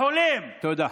לחולים, תודה.